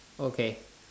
okay